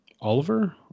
Oliver